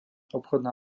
obchodná